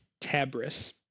tabris